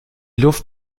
luft